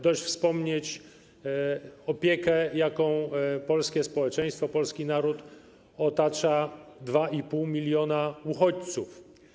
Dość wspomnieć opiekę, jaką polskie społeczeństwo, polski naród otacza 2,5 mln uchodźców.